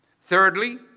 Thirdly